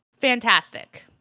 fantastic